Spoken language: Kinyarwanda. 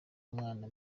umwana